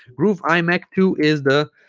groove imac two is the